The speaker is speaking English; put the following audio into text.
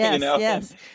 yes